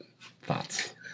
thoughts